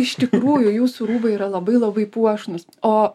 iš tikrųjų jūsų rūbai yra labai labai puošnūs o